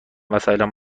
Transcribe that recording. وسایلم